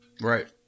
Right